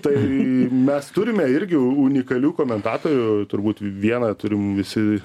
tai mes turime irgi unikalių komentatorių turbūt vieną turim visi